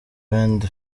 frank